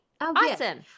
Awesome